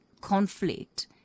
conflict